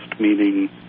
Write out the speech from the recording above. meaning